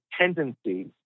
tendencies